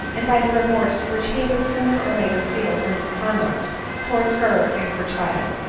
and by the remorse which he would sooner or later feel for his conduct towards her and her child,